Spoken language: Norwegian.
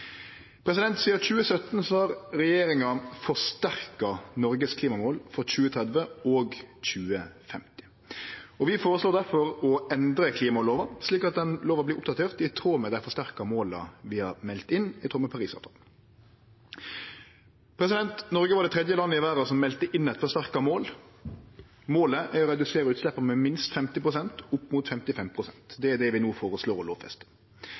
Sidan 2017 har regjeringa forsterka Noregs klimamål for 2030 og 2050. Vi føreslår difor å endre klimalova, slik at lova vert oppdatert i tråd med dei forsterka måla vi har meldt inn, i tråd med Parisavtalen. Noreg var det tredje landet i verda som melde inn eit forsterka mål. Målet er å redusere utsleppa med minst 50 pst., opp mot 55 pst. Det er det vi no føreslår å lovfeste.